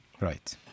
Right